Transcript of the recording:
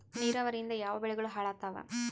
ನಿರಾವರಿಯಿಂದ ಯಾವ ಬೆಳೆಗಳು ಹಾಳಾತ್ತಾವ?